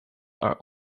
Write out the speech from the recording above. are